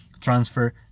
transfer